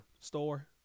store